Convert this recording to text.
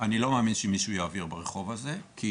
אני לא מאמין שמישהו יעביר אותם ברחוב הזה, כי